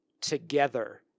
together